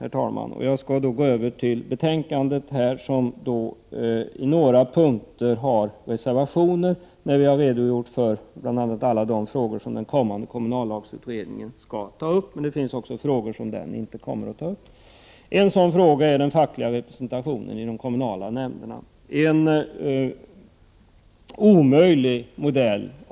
Nu skall jag gå över till betänkandet, där det på några punkter finns reservationer där vi bl.a. har redogjort för alla de frågor som den kommande kommunallagsutredningen skall ta upp. Det finns också frågor som denna utredning inte kommer att ta upp. En sådan fråga är den fackliga representationen i de kommunala nämnderna. En sådan representation är en omöjlig modell.